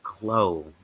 glow